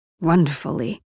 wonderfully